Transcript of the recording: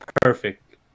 perfect